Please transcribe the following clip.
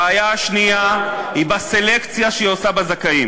הבעיה השנייה היא בסלקציה שהיא עושה בזכאים.